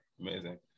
amazing